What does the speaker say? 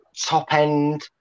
top-end